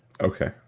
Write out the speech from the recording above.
Okay